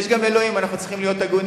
יש גם אלוהים, אנחנו צריכים להיות הגונים.